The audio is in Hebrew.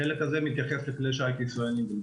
החלק הזה מתייחס לכלי שיט ישראלים.